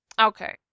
Okay